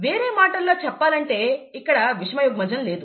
వేరే మాటల్లో చెప్పాలంటే ఇక్కడ విషమయుగ్మజము లేదు